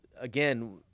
again